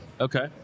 Okay